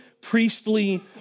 Priestly